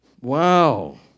Wow